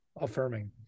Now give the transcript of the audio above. affirming